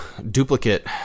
duplicate